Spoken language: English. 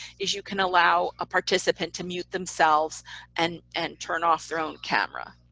is you can allow a participant to mute themselves and and turn off their own camera.